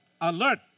alert